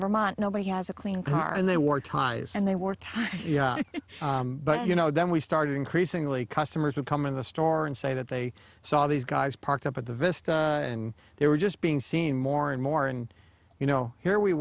vermont nobody has a clean car and they wore a tie and they wore tight yeah but you know then we started increasingly customers would come in the store and say that they saw these guys parked up at the vista and they were just being seen more and more and you know here we